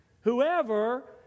Whoever